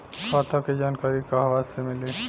खाता के जानकारी कहवा से मिली?